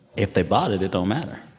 if they bought it, it don't matter